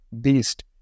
beast